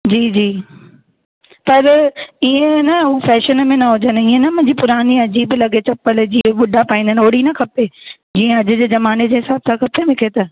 जी जी पर इअं न हू फैशन में न हुजनि इअं न मुंहिंजी पुराणी अजीबु लॻे चपल जीअं ॿुढा पाईंदा आहिनि ओढ़ी न खपे जीअं अॼु जे ज़माने जे हिसाब सां खपे मूंखे त